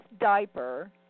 diaper